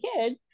kids